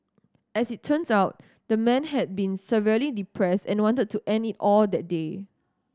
as it turns out the man had been severely depressed and wanted to end it all that day